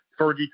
Fergie